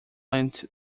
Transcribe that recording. lent